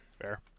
fair